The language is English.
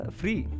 free